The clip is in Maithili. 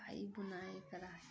कढ़ाइ बुनाइ कढ़ाइ